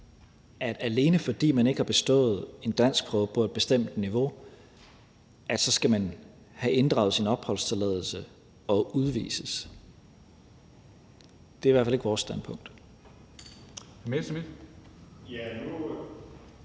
man, alene fordi man ikke har bestået en danskprøve på et bestemt niveau, så skal have inddraget sin opholdstilladelse og udvises. Det er i hvert fald ikke vores standpunkt.